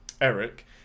Eric